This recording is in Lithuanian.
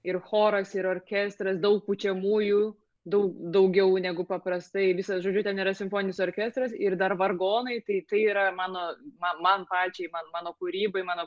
ir choras ir orkestras daug pučiamųjų daug daugiau negu paprastai visad žodžiu ten yra simfoninis orkestras ir dar vargonai tai tai yra mano man man pačiai man mano kūrybai mano